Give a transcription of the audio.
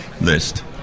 list